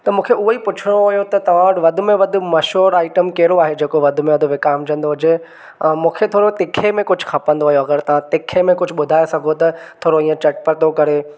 त मूंखे उहो ई पुछणो हुओ त तव्हां वटि वधि में वधि मशहूरु आइटम केॾो आहे जेको वधि में वधि विकामजंदो हुजे ऐं मूंखे थोरो तिखे में कुझु खपंदो हुओ अगरि तव्हां तिखे में कुझु ॿुधाए सघो त थोरो इहो चटपटो करे